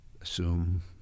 assume